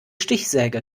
stichsäge